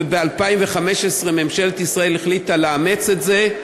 ב-2015 ממשלת ישראל החליטה לאמץ את זה.